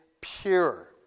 pure